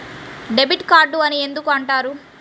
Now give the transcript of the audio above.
Debit card అని ఎందుకు అంటారు?